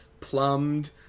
plumbed